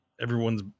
everyone's